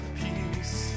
peace